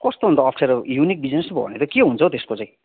कस्तो अन्त अप्ठ्यारो युनिक बिजनेस पो भन्यौ त हौ के हुन्छ हौ त्यसको चाहिँ